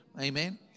Amen